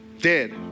dead